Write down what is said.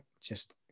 Just-